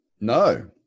No